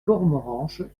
cormoranche